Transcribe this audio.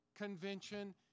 Convention